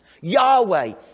Yahweh